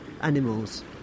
animals